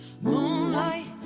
moonlight